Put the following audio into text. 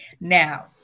now